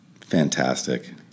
Fantastic